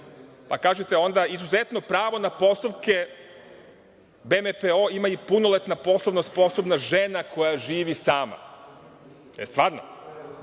pa kažete onda – izuzetno pravo na postupke BMPO ima i punoletna poslovna sposobna žena koja živi sama. Stvarno?